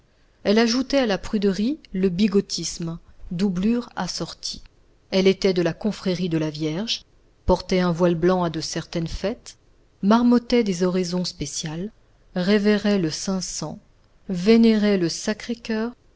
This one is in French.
elle ajoutait à la pruderie le bigotisme doublure assortie elle était de la confrérie de la vierge portait un voile blanc à de certaines fêtes marmottait des oraisons spéciales révérait le saint sang vénérait le